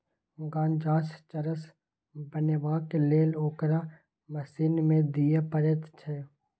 गांजासँ चरस बनेबाक लेल ओकरा मशीन मे दिए पड़ैत छै